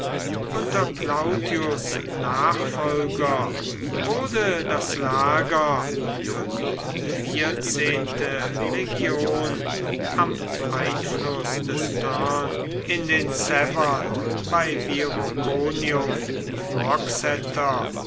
unter plautius nachfolger wurde das lager für die vierzehnte legion am einfluß des tern in den severn bei viroconium